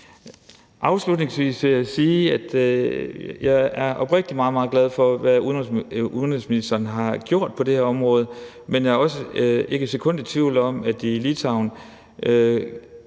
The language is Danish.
Afslutningsvis vil jeg sige, at jeg oprigtig talt er meget, meget glad for, hvad udenrigsministeren har gjort på det her område, men jeg er ikke et sekund i tvivl om, at de i Litauen